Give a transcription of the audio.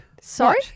Sorry